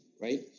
right